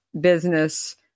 business